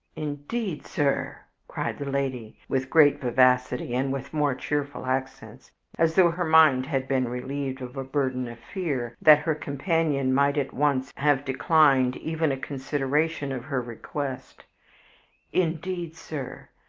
indeed, sir, cried the lady, with great vivacity and with more cheerful accents as though her mind had been relieved of a burden of fear that her companion might at once have declined even a consideration of her request indeed, sir,